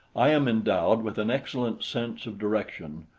i am endowed with an excellent sense of direction,